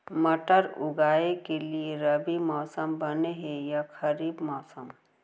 मटर उगाए के लिए रबि मौसम बने हे या खरीफ मौसम?